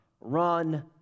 run